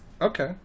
Okay